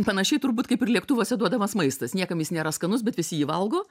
panašiai turbūt kaip ir lėktuvuose duodamas maistas niekam jis nėra skanus bet visi jį valgo